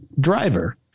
driver